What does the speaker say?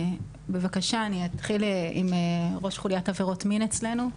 אני אתחיל עם ראש חוליית עבירות מין אצלנו.